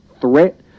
threat